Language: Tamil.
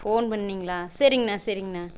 ஃபோன் பண்ணிங்களா சரிங்கண்ணா சரிங்கண்ணா